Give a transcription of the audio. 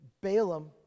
Balaam